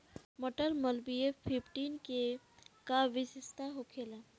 मटर मालवीय फिफ्टीन के का विशेषता होखेला?